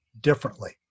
differently